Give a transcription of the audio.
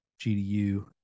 GDU